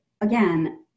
again